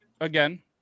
again